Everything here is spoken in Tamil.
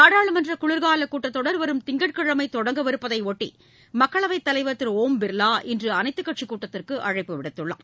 நாடாளுமன்றகுளிர்காலகூட்டத்தொடர் வரும் திங்கட்கிழமைதொடங்கவிருப்பதையொட்டிமக்களவைத் தலைவர் திருஒம் பிர்லா இன்றுஅனைத்துக் கட்சிக் கூட்டத்திற்குஅழைப்பு விடுத்துள்ளார்